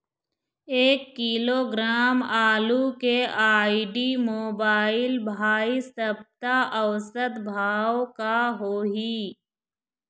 एक किलोग्राम आलू के आईडी, मोबाइल, भाई सप्ता औसत भाव का होही?